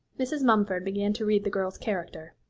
mrs. mumford began to read the girl's character,